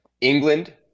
England